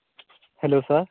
hello sir